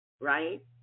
right